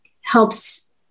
helps